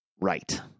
Right